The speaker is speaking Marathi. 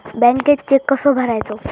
बँकेत चेक कसो भरायचो?